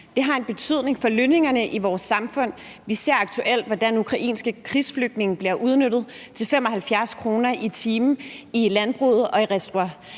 Det har en betydning for lønningerne i vores samfund. Vi ser aktuelt, hvordan ukrainske krigsflygtninge bliver udnyttet til 75 kr. i timen i landbruget, i